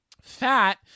Fat